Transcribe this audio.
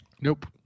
Nope